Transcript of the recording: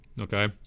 Okay